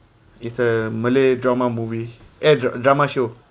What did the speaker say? it's the malay drama movie eh dra~ drama show